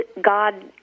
God